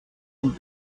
und